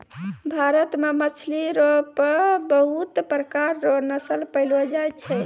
भारत मे मछली रो पबहुत प्रकार रो नस्ल पैयलो जाय छै